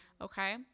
okay